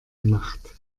gemacht